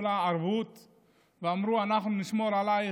לה ערבות ואמרו: אנחנו נשמור עלייך,